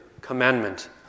commandment